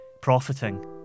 Profiting